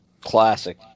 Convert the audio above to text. classic